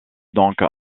donc